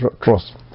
trust